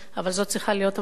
אבל זאת צריכה להיות המטרה,